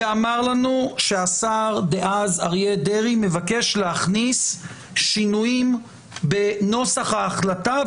ואמר לנו שהשר דאז אריה דרעי מבקש להכניס שינויים בנוסח ההחלטה,